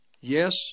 yes